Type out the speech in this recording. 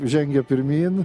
žengia pirmyn